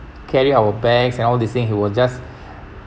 carry our bags and all this thing he was just